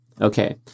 Okay